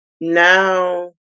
now